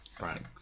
Right